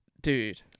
Dude